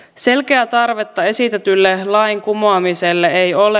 selkeää tarvetta esitetylle lain kumoamiselle ei ole